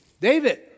David